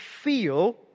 feel